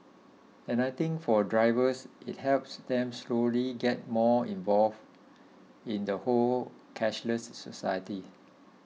and I think for drivers it helps them slowly get more involved in the whole cashless society